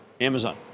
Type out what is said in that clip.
Amazon